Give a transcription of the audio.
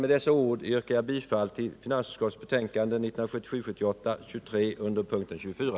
Med dessa ord yrkar jag bifall till finansutskottets betänkande 1977/78:23 under punkten 24.